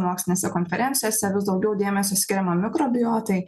mokslinėse konferencijose vis daugiau dėmesio skiriama mikrobiotai